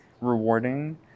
rewarding